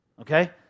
Okay